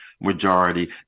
majority